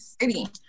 City